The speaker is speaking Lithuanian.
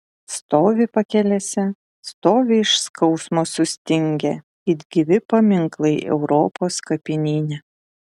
stovi pakelėse stovi iš skausmo sustingę it gyvi paminklai europos kapinyne